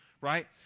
right